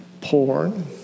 porn